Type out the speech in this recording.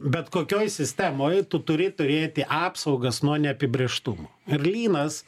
bet kokioj sistemoj tu turi turėti apsaugas nuo neapibrėžtumo ir lynas